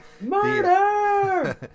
Murder